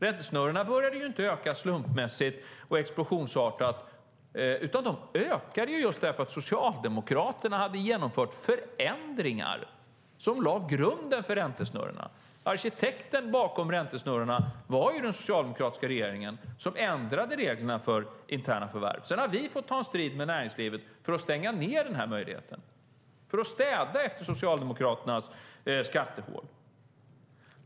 Räntesnurrorna började inte öka slumpmässigt och explosionsartat, utan de ökade just därför att Socialdemokraterna hade genomfört förändringar som lade grunden för dem. Arkitekten bakom räntesnurrorna var den socialdemokratiska regeringen, som ändrade reglerna för interna förvärv. Sedan har vi fått ta en strid med näringslivet för att stänga den här möjligheten och städa efter Socialdemokraternas skattepolitik.